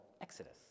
Exodus